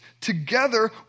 together